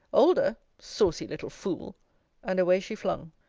older! saucy little fool and away she flung.